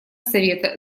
совета